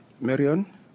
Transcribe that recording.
Marion